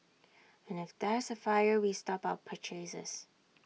and if there's A fire we stop our purchases